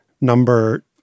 number